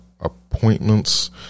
appointments